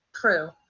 True